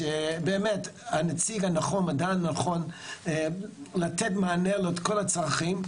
שבאמת אתה הנציג הנכון לתת מענה לכל הצרכים,